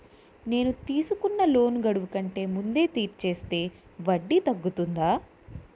నేను తీసుకున్న లోన్ గడువు కంటే ముందే తీర్చేస్తే వడ్డీ తగ్గుతుందా?